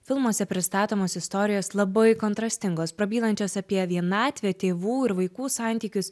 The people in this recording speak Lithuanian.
filmuose pristatomos istorijos labai kontrastingos prabylančios apie vienatvę tėvų ir vaikų santykius